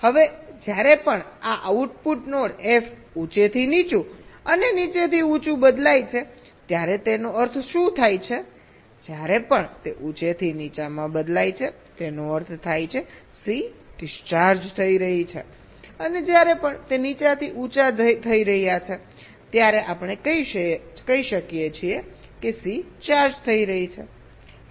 હવે જ્યારે પણ આ આઉટપુટ નોડ f ઉંચેથી નીચું અને નીચે ઉંચું બદલાય છે ત્યારે તેનો અર્થ શું થાય છે જ્યારે પણ તે ઉંચેથી નીચામાં બદલાય છે તેનો અર્થ થાય છે સી ડિસ્ચાર્જ થઈ રહી છે અને જ્યારે પણ તે નીચાથી ઉંચા થઈ રહ્યા છે ત્યારે આપણે કહીએ છીએ કે સી ચાર્જ થઈ રહી છે